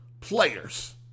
players